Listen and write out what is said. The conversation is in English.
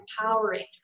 empowering